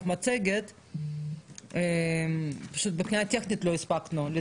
מבחינה טכנית לא הספקנו.